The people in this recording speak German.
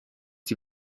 die